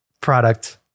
product